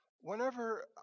whenever